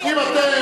אם הכול בסדר,